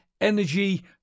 energy